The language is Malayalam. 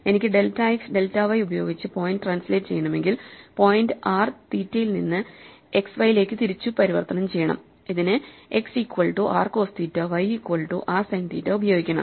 എനിക്ക് ഡെൽറ്റ എക്സ് ഡെൽറ്റ വൈ ഉപയോഗിച്ച് പോയിന്റ് ട്രാൻസ്ലേറ്റ് ചെയ്യണമെങ്കിൽ പോയിന്റ് r തീറ്റയിൽ നിന്ന് x y ലേക്ക് തിരിച്ചു പരിവർത്തനം ചെയ്യണം അതിന് x equal to r cos theta y equal to r sine theta ഉപയോഗിക്കണം